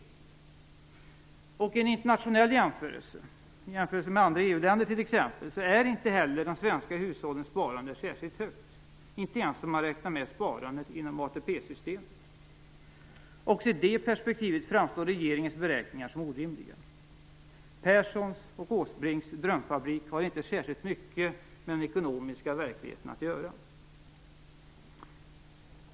I en internationell jämförelse, t.ex. med andra EU länder, är inte heller de svenska hushållens sparande särskilt högt, inte ens om man räknar med sparandet inom ATP-systemet. Också i det perspektivet framstår regeringens beräkningar som orimliga. Perssons och Åsbrinks drömfabrik har inte särskilt mycket med den ekonomiska verkligheten att göra.